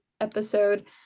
episode